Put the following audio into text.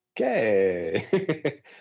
okay